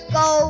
go